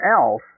else